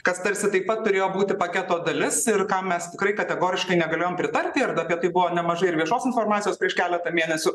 kas tarsi taip pat turėjo būti paketo dalis ir kam mes tikrai kategoriškai negalėjom pritarti ir apie tai buvo nemažai ir viešos informacijos prieš keletą mėnesių